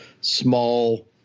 small